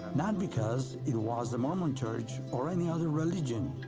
not because it was the mormon church, or any other religion,